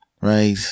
Right